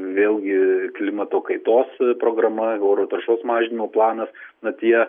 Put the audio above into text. vėlgi klimato kaitos programa oro taršos mažinimo planas na tie